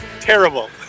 Terrible